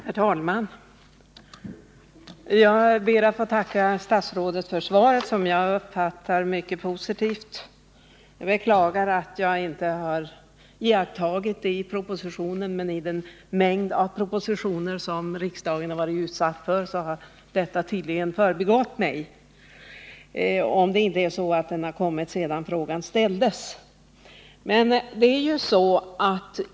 Herr talman! Jag ber att få tacka statsrådet för svaret, som jag uppfattar som mycket positivt. Jag beklagar att jag inte har iakttagit vad regeringen föreslagit i den proposition som socialministern hänvisar till, men med tanke på den mängd av propositioner som riksdagen presenterats är det kanske förklarligt att denna förbigått mig, om det inte är så att propositionen lagts fram sedan frågan ställdes.